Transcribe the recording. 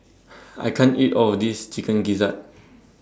I can't eat All of This Chicken Gizzard